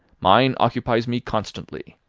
mine occupies me constantly.